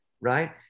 Right